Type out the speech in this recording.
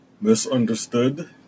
misunderstood